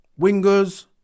Wingers